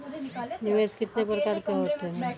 निवेश कितने प्रकार के होते हैं?